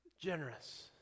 generous